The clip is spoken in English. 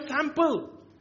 sample